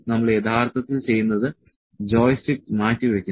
നമ്മൾ യഥാർത്ഥത്തിൽ ചെയ്യുന്നത് ജോയിസ്റ്റിക്ക് മാറ്റിവയ്ക്കുന്നു